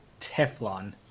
Teflon